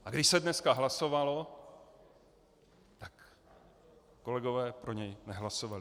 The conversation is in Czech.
A když se dneska hlasovalo, tak kolegové pro něj nehlasovali.